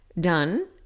done